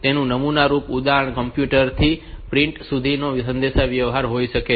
તેનું નમૂનારૂપ ઉદાહરણ કમ્પ્યુટર થી પ્રિન્ટર સુધીનો સંદેશાવ્યવહાર હોઈ શકે છે